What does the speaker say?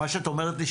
מה שאת אומרת לי,